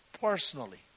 personally